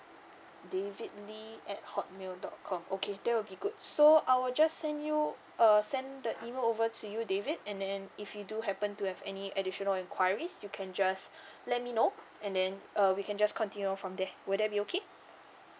david lee at hotmail dot com okay that will be good so I will just send you uh send the email over to you david and then if you do happen to have any additional inquiries you can just let me know and then uh we can just continue from there would that be okay